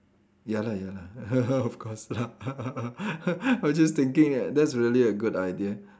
ya lah ya lah of course lah I was just thinking uh that's really a good idea